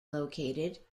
located